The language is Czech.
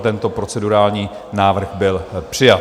Tento procedurální návrh byl přijat.